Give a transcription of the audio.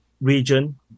region